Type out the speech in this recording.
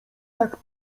jak